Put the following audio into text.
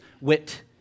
wit